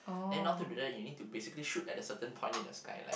and in order to do that you need to basically shoot at a certain point in the sky like